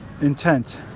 intent